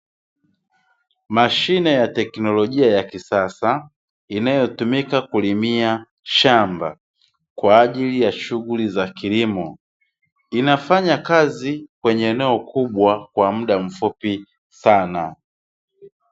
Mashine ya teknolojia ya kisasa inayotumika kulimia shamba, kwa ajili ya shughuli za kilimo. Inafanya kazi kwenye eneo kubwa kwa muda mfupi sana.